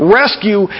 rescue